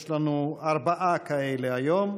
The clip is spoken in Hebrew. יש לנו ארבעה כאלה היום.